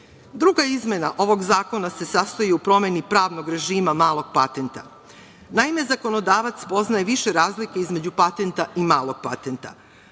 izmena ovog zakona se sastoji u promeni pravnog režima malog patenta. Naime, zakonodavac poznaje više razlika između patenta i malog patenta.